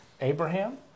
Abraham